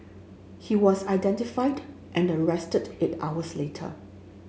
he was identified and arrested eight hours later